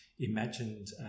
imagined